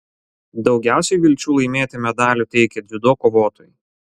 daugiausiai vilčių laimėti medalių teikė dziudo kovotojai